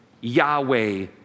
Yahweh